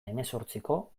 hemezortziko